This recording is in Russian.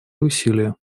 усилия